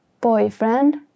boyfriend